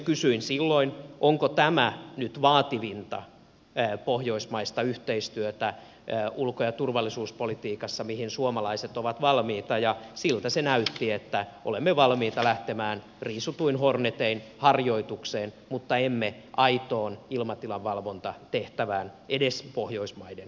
kysyin silloin onko tämä nyt vaativinta pohjoismaista yhteistyötä ulko ja turvallisuuspolitiikassa mihin suomalaiset ovat valmiita ja siltä se näytti että olemme valmiita lähtemään riisutuin hornetein harjoitukseen mutta emme aitoon ilmatilanvalvontatehtävään edes pohjoismaiden kesken